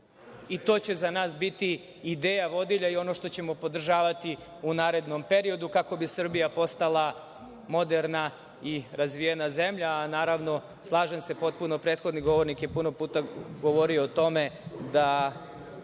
će za nas biti ideja vodilja i ono što ćemo podržavati u narednom periodu kako bi Srbija postala moderna i razvijena zemlja. Naravno, slažem se potpuno, prethodni govornik je puno puta govorio o tome da